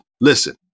listen